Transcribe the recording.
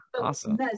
awesome